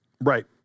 Right